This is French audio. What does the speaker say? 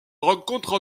rencontrent